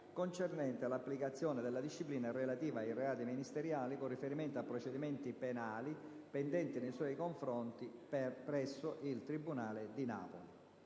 concernente l'applicazione della disciplina relativa ai reati ministeriali con riferimento a procedimenti penali pendenti nei suoi confronti presso il tribunale di Napoli***